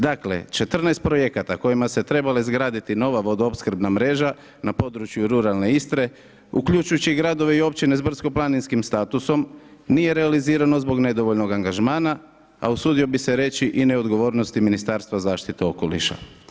Dakle 14 projekata kojima se trebala izgraditi nova vodoopskrbna mreža na području ruralne Istre uključujući i gradove i općine s brdsko planinskim statusom nije realizirano zbog nedovoljnog angažmana a usudio bih se reći i neodgovornosti Ministarstva zaštite okoliša.